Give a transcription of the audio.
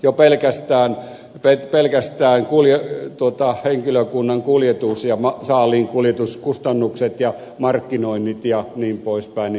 jo pelkästään henkilökunnan ja saaliin kuljetuskustannukset ja markkinoinnit jnp